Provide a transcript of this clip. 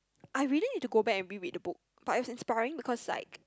I really need to go back and reread the book but it's inspiring because like